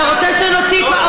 אתה רוצה שנוציא את מה,